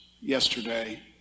yesterday